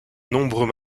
nombreux